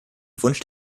wunsch